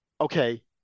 Okay